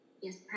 Yes